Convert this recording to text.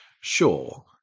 sure